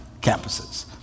campuses